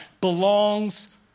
belongs